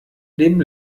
leben